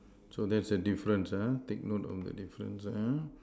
so that's a difference ah take note of the difference ah